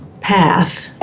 path